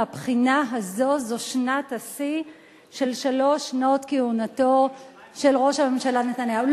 מהבחינה הזו זו שנת השיא של שלוש שנות כהונתו של ראש הממשלה נתניהו.